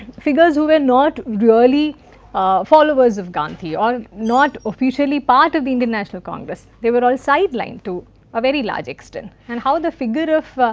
figures who were not really followers of gandhi, or not officially part of the indian national congress. they were all side line to a very large extent and how the figure of